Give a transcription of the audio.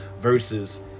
versus